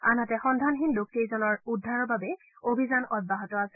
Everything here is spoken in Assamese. আনহাতে সন্ধানহীন লোককেইজনৰ সন্ধানৰ বাবে অভিযান অব্যাহত আছে